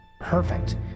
perfect